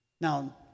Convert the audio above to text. now